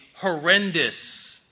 horrendous